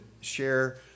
share